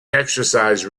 exercise